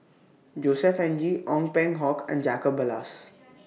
Josef Ng Ong Peng Hock and Jacob Ballas